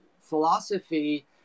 philosophy